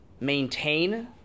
maintain